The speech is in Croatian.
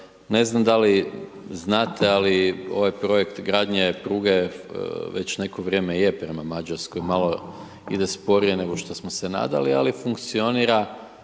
ne znam da li znate, ali ovaj projekt gradnje pruge već neko vrijeme je prema Mađarskoj, malo ide sporije nego što smo se nadali, ali funkcionira